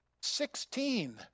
Sixteen